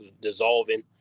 dissolving